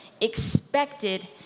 expected